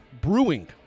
Brewing